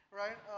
right